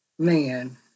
Man